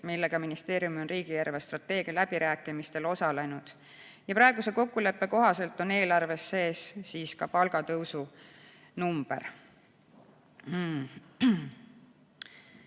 millega ministeerium on riigi eelarvestrateegia läbirääkimistel osalenud. Praeguse kokkuleppe kohaselt on eelarves sees ka palgatõusu number.